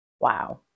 Wow